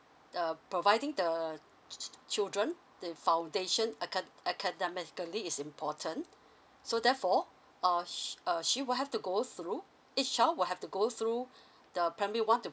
uh providing the ch~ children the foundation acad~ academically is important so therefore uh sh~ uh she will have to go through each child will have to go through the primary one to